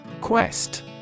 Quest